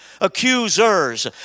accusers